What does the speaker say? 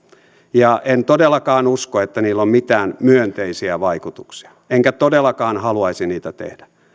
ja en todellakaan usko että niillä on mitään myönteisiä vaikutuksia enkä todellakaan haluaisi niitä tehdä